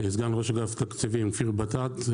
סגן ראש אגף תקציבים כפיר בטט.